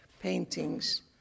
paintings